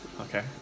okay